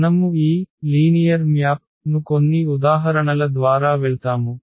మనము ఈ సరళ పటాల ను కొన్ని ఉదాహరణల ద్వారా వెళ్తాము